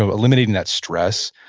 ah eliminating that stress,